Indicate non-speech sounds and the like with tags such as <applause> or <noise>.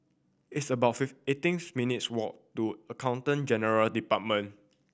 it's about fifth eighteen <unintelligible> minutes' walk to Accountant General Department